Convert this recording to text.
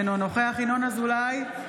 אינו נוכח ינון אזולאי,